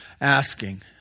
asking